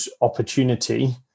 opportunity